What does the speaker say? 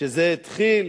שזה התחיל